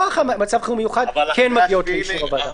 מכוח מצב חירום מיוחד, כן מגיעות לאישור הוועדה.